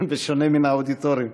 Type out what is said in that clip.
בשונה מן האודיטוריום.